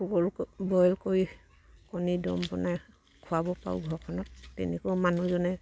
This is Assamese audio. বইল কৰি কণী দম বনাই খোৱাব পাৰো ঘৰখনত মানুহজনে